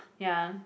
ya